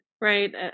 Right